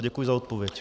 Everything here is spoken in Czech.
Děkuji za odpověď.